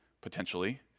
potentially